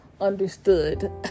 understood